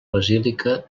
basílica